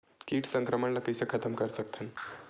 कीट संक्रमण ला कइसे खतम कर सकथन?